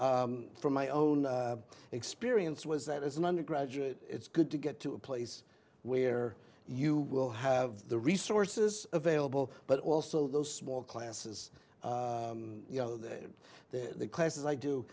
from my own experience was that as an undergraduate it's good to get to a place where you will have the resources available but also those small classes you know the classes i do